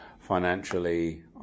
financially